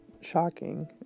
shocking